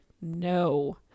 No